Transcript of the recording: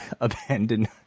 abandoned